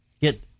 get